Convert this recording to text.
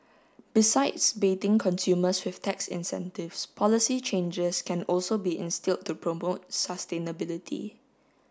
besides baiting consumers with tax incentives policy changes can also be instilled to promote sustainability